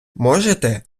можете